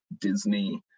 disney